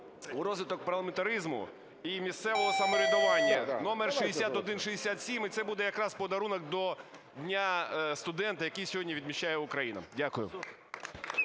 в розвиток парламентаризму і місцевого самоврядування (№ 6167). І це якраз буде подарунок до Дня студента, який сьогодні відмічає Україна. Дякую.